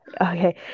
okay